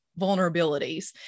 vulnerabilities